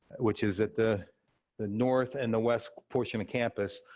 which is at the the north and the west portion of campus,